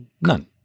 None